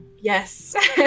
Yes